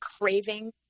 craving